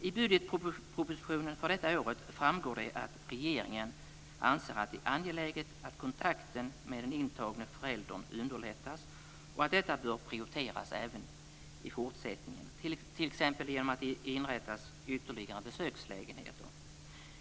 I budgetpropositionen för detta år framgår det att regeringen anser att det är angeläget att kontakten med den intagna föräldern underlättas och att detta bör prioriteras även i fortsättningen, t.ex. genom att det inrättas ytterligare besökslägenheter.